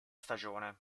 stagione